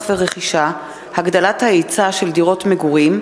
ורכישה) (הגדלת ההיצע של דירות מגורים,